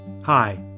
Hi